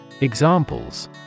Examples